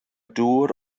dŵr